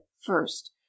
first